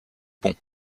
pont